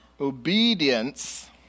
Obedience